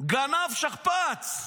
גנב שכפ"ץ.